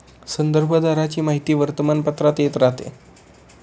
संदर्भ दराची माहिती वर्तमानपत्रात येत राहते